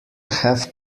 have